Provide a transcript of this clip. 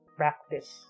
practice